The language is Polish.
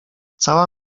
cała